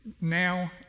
now